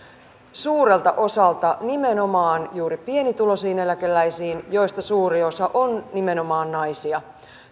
suurelta osalta juuri pienituloisiin eläkeläisiin joista suuri osa on nimenomaan naisia